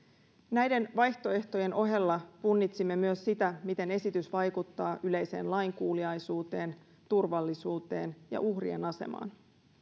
näiden vaihtoehtojen ohella punnitsimme myös sitä miten esitys vaikuttaa yleiseen lainkuuliaisuuteen turvallisuuteen ja uhrien asemaan